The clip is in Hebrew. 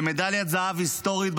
במדליית זהב היסטורית,